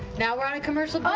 now we're on commercial